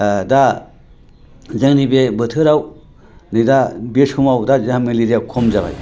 दा जोंनि बे बोथोराव बि समाव दा मेलेरिया खम जाबाय